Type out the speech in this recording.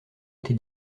été